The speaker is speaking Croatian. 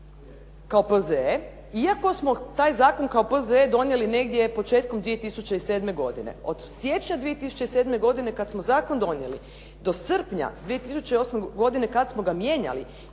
kao P.Z.E. iako smo taj zakon kao P.Z.E. donijeli negdje početkom 2007. godine. Od siječnja 2007. godine kad smo zakon donijeli, do srpnja 2008. godine kad smo ga mijenjali